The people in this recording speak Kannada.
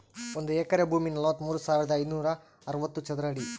ಒಂದು ಎಕರೆ ಭೂಮಿ ನಲವತ್ಮೂರು ಸಾವಿರದ ಐನೂರ ಅರವತ್ತು ಚದರ ಅಡಿ